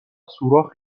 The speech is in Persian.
سوراخ